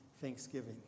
thanksgiving